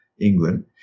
England